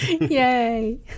yay